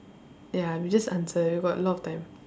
ya we just answer we got a lot of time